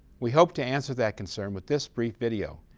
we hope to answer that concern with this brief video,